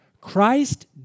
Christ